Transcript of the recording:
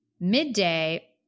midday